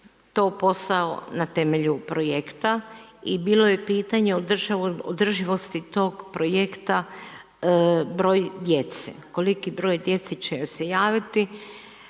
to posao na temelju projekta i bilo je pitanje održivosti tog projekta, broj djece, koliki broj djece će se javiti